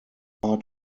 part